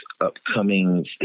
upcoming